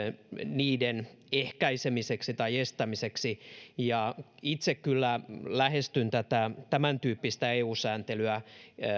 niiden ehkäisemiseksi tai estämiseksi ja itse kyllä lähestyn tämäntyyppistä eu sääntelyä